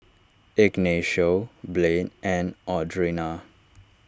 Ignacio Blaine and Audrina